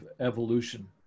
evolution